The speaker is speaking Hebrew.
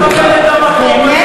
מכבד את המקום הזה.